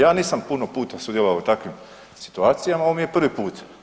Ja nisam puno puta sudjelovao u takvim situacijama, ovo mi je prvi put.